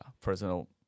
Personal